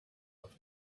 off